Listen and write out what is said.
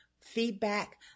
feedback